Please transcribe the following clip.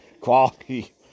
quality